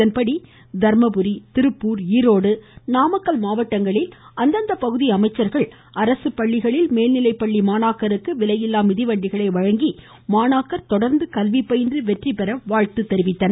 இதன்படி தர்மபுரி திருப்பூர் ஈரோடு நாமக்கல் மாவட்டங்களில் அந்தந்த பகுதி அமைச்சர்கள் அரசு பள்ளிகளில் மேல்நிலைப்பள்ளி மாணாக்கருக்கு விலையில்லா மிதிவண்டிகளை வழங்கி மாணாக்கர் தொடர்ந்து கல்வி பயின்று வெற்றி பெற வாழ்த்தினர்